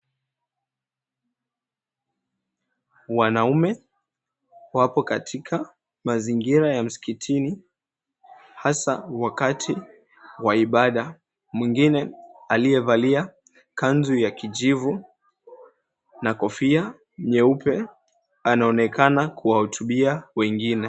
Wanaume wapo katika mazingira ya msikitini hasa wakati wa ibada. Mwingine aliyevalia kanzu ya kijivu na kofia nyeupe anaonekana kuwahutubia wengine.